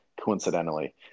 coincidentally